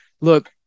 look